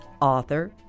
author